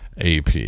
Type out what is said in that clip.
AP